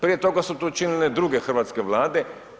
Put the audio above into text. Prije toga su to učinile druge hrvatske vlade.